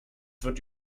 wird